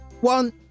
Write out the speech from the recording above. one